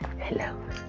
Hello